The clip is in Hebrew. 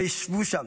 וישבו שם,